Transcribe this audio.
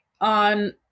on